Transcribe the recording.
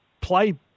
play